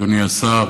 אדוני השר,